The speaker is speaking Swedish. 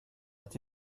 att